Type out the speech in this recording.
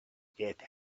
get